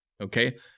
Okay